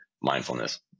mindfulness